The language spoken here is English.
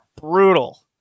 brutal